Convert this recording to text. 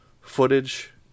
footage